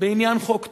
בעניין חוק טל,